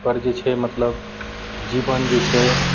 पर जे छै मतलब जीवन जे छै